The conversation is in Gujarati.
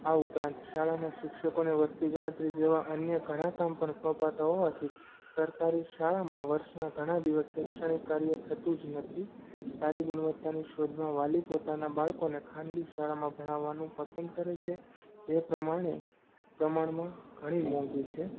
આ ઉપરાંત શાળાના શિક્ષકોને વસ્તી ગણતરી જેવાં અન્ય ઘણાં કામ પણ સોંપતા હોવાથી સરકારી શાળામાં વર્ષના ઘણા દિવસ શૈક્ષણિક કાર્ય થતું જ નથી સારી ગુણવત્તાની શોધમાં વાલી પોતાનાં બાળકોને ખાનગી શાળામાં ભણાવવાનું પસંદ કરે છે જે પ્રમાણે પ્રમાણમાં ઘણી મોંઘી છે